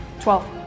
Twelve